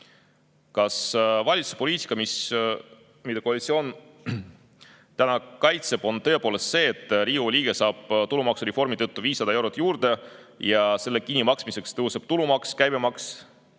Kas valitsuse poliitika, mida koalitsioon täna kaitseb, on tõepoolest see, et Riigikogu liige saab tulumaksureformi tõttu 500 eurot juurde ja selle kinni maksmiseks tõusevad tulumaks, käibemaks,